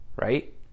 right